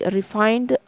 Refined